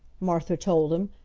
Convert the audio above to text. martha told him.